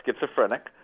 schizophrenic